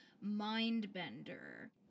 mind-bender